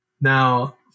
now